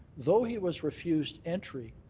though he was refused entry,